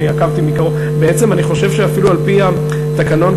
בעצם אני חושב שעל-פי התקנון,